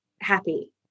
happy